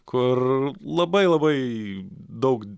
kur labai labai daug